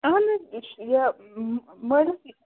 اَہَن حظ یہِ مٲلِس